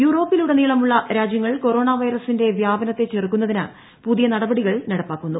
യൂറോപ്പിലുടനീളമുള്ള രാജ്യങ്ങൾ കൊറോണ വൈറസിന്റെ വ്യാപനത്തെ ചെറുക്കുന്നതിന് പുതിയ നടപടികൾ നടപ്പാക്കുന്നു